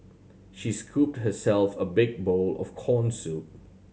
she scooped herself a big bowl of corn soup